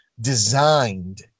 designed